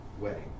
wedding